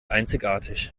einzigartig